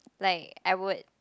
like I would